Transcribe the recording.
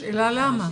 השאלה למה,